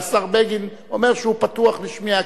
והשר בגין אומר שהוא פתוח לשמיעה,